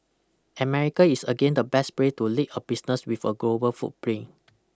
America is again the best place to lead a business with a global footprint